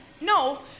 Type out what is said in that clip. No